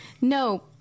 No